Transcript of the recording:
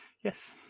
yes